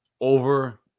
over